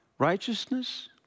Righteousness